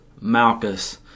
malchus